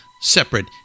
separate